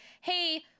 hey